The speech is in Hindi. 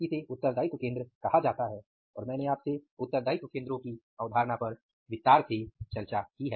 इसे उत्तरदायित्व केंद्र कहा जाता है और मैंने आपसे उत्तरदायित्व केंद्रों की अवधारणा पर विस्तार से चर्चा की है